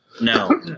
No